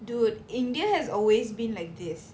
dude india has always been like this